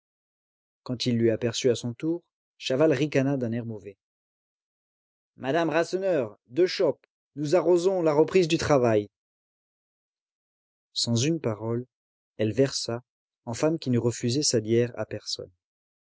quand il l'eut aperçu à son tour chaval ricana d'un air mauvais madame rasseneur deux chopes nous arrosons la reprise du travail sans une parole elle versa en femme qui ne refusait sa bière à personne